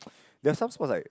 there're some sport like